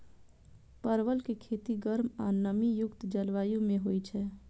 परवल के खेती गर्म आ नमी युक्त जलवायु मे होइ छै